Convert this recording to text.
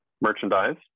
merchandise